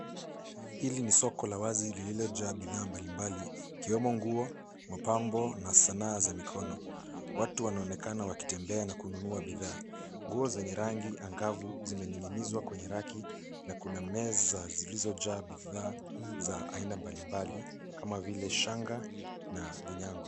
Hili ni soko la wazi lililojaa bidhaa mbalimbali ikiwemo nguo, mapambo na sanaa za mikono. Watu wanaonekana wakitembea na kununua bidhaa. Nguo zenye rangi angavu zimening'inizwa kwenye raki na kuna meza zilizojaa bidhaa za aina mbalimbali kama vile shanga na vinyago.